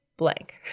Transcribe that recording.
blank